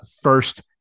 first